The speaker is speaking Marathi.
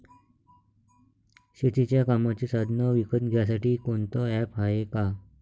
शेतीच्या कामाचे साधनं विकत घ्यासाठी कोनतं ॲप हाये का?